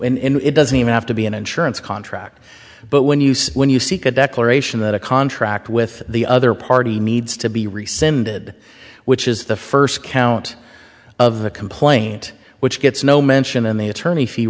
when it doesn't even have to be an insurance contract but when you say when you seek a declaration that a contract with the other party needs to be rescinded which is the first count of the complaint which gets no mention in the attorney